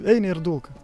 eini ir dulka